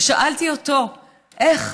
ושאלתי אותו: איך?